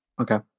Okay